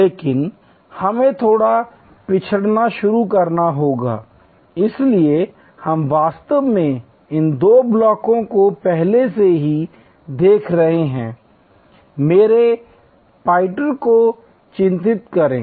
लेकिन हमें थोड़ा पिछड़ना शुरू करना होगा इसलिए हम वास्तव में इन दो ब्लॉकों को पहले से देख रहे हैं मेरे पॉइंटर को चिह्नित करें